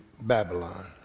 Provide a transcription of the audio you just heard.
Babylon